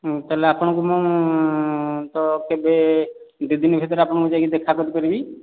ତା'ହେଲେ ଆପଣଙ୍କୁ ମୁଁ ତ କେବେ ଦୁଇ ଦିନ ଭିତରେ ଆପଣଙ୍କୁ ଯାଇକି ଦେଖା କରିପାରିବି